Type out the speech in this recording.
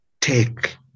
take